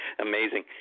Amazing